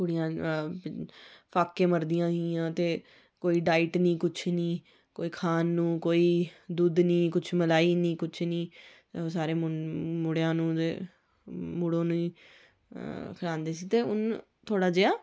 कुड़ियां फाके मरदियां हियां ते कोई डाइट निं कुछ ते नेईं कोई खान नूं कोई दुद्ध निं कुछ मलाई निं कुछ निं ओह् सारा मुड़ेआ नूं ते मुड़ो नी खलांदे सी ते हून थोह्ड़ा जेहा